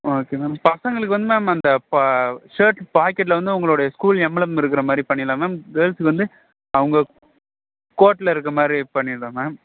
okay ma'am பசங்களுக்கு வந்து ma'am அந்த ப ஷேர்ட் பாக்கெட்டில் வந்து அவங்களுடைய ஸ்கூல் எம்ப்லம் இருக்கிற மாதிரி பண்ணிரலாம் மேம் கேர்ள்ஸ்க்கு வந்து அவங்க கோட்டில் இருக்கிற மாதிரி பண்ணிரலாம் மேம்